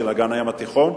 של אגן הים התיכון,